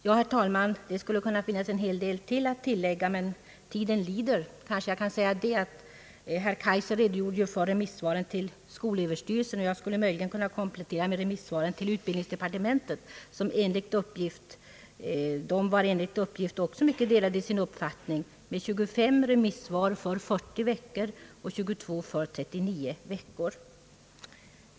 Ja, herr talman, det skulle kunna finnas en hel del att tillägga, men tiden lider och herr Kaijser redogjorde ju för remissvaren till. skolöverstyrelsen. Jag skulle möjligen kunna komplettera med remissvaren till utbildningsdepartementet. Dessa svar visade också enligt uppgift mycket delade uppfattningar med 25 remissvar för 40 veckor och 22 för 39 veckor.